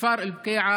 כפר אל בקיעה,